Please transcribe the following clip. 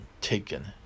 taken